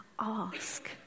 ask